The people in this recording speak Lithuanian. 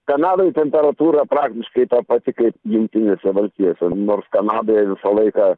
kanadoj temperatūra praktiškai ta pati kaip jungtinėse valstijose nors kanadoje visą laiką